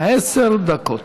עשר דקות.